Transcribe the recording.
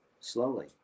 slowly